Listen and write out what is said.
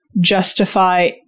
justify